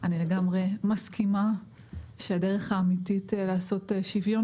אני לגמרי מסכימה שהדרך האמיתית לעשות שוויון